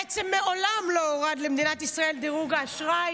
בעצם מעולם לא הורד למדינת ישראל דירוג האשראי.